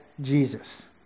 Jesus